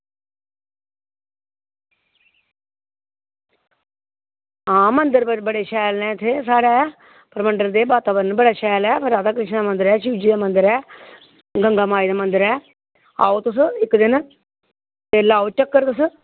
आं मंदर बड़े शैल न इत्थें साढ़े परमंडल दा वातावरण बी बड़ा शैल ऐ राधा कृष्ण दा मंदर ऐ शिव जी दा ऐ गंगा माई दा मंदर ऐ आओ तुस इक्क दिन एह् लाओ चक्कर तुस